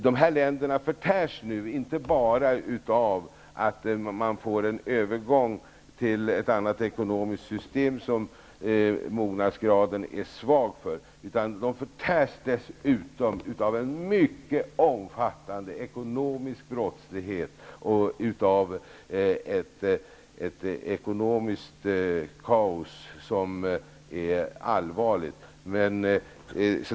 Dessa länder förtärs nu, inte bara av att det sker en övergång till ett annat ekonomiskt system för vilket mognadsgraden är svag utan dessutom av en mycket omfattande ekonomisk brottslighet och av ett ekonomiskt kaos som är allvarligt.